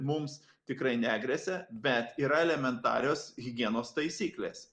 mums tikrai negresia bet yra elementarios higienos taisyklės